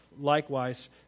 likewise